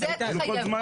אז את זה תחייב בחוק.